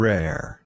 Rare